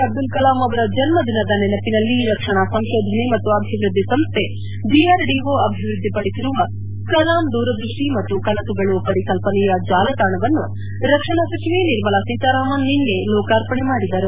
ಅಬ್ದುಲ್ ಕಲಾಂ ಅವರ ಜನ್ನದಿನದ ನೆನಪಿನಲ್ಲಿ ರಕ್ಷಣಾ ಸಂಶೋಧನೆ ಮತ್ತು ಅಭಿವೃದ್ದಿ ಸಂಸ್ಥೆ ಡಿಆರ್ಡಿಓ ಅಭಿವೃದ್ದಿಪಡಿಸಿರುವ ಕಲಾಂ ದೂರದೃಷ್ಟಿ ಮತ್ತು ಕನಸುಗಳು ಪರಿಕಲ್ಲನೆಯ ಜಾಲತಾಣವನ್ನು ರಕ್ಷಣಾ ಸಚಿವೆ ನಿರ್ಮಲಾ ಸೀತಾರಾಮನ್ ನಿನ್ನೆ ಲೋಕಾರ್ಪಣೆ ಮಾಡಿದರು